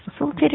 Facilitator